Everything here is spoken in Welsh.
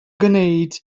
gwneud